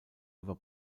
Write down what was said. über